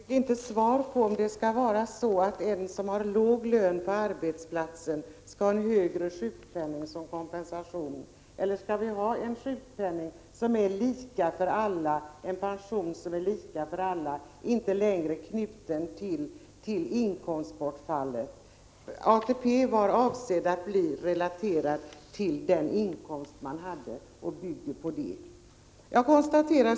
Fru talman! Jag fick inte svar på frågan om man förordar ett system som innebär att den som har låg lön som kompensation skall ha en högre sjukpenning. Eller skall vi ha en sjukpenning som är lika för alla och en pension som är lika för alla, alltså en sjukpenning och en pension som inte längre är knuten till inkomstbortfallet? ATP var avsedd att bli relaterad till den inkomst man hade och bygger på den principen.